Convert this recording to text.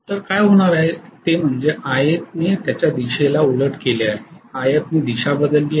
तर काय होणार आहे ते म्हणजे Ia ने त्याच्या दिशेला उलट केले आहे If ने दिशा बदलली नाही